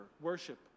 worship